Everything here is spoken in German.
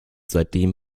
seitdem